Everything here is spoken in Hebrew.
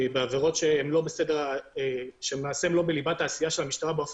בעבירות שהן לא בליבת העשייה של המשטרה באופן